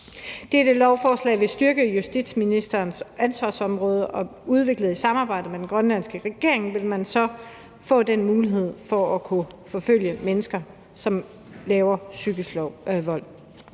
Dette lovforslag vil styrke justitsministerens ansvarsområde, og udviklet i samarbejde med den grønlandske regering vil man så få den mulighed for at kunne retsforfølge mennesker, som laver psykisk vold.